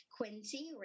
Quincy